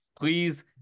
please